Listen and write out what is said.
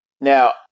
Now